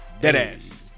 Deadass